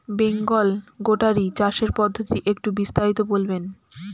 বেঙ্গল গোটারি চাষের পদ্ধতি একটু বিস্তারিত বলবেন?